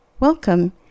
Welcome